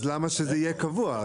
אז למה שזה יהיה קבוע?